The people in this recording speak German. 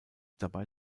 dabei